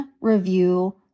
review